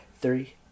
Three